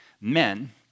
men